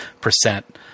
percent